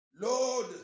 Lord